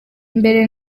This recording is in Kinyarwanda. mbere